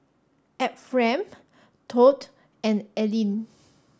Ephriam Todd and Aleen